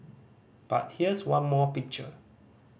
but here's one more picture